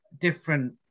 different